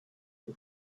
who